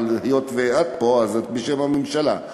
היות שאת פה, את פה בשם הממשלה.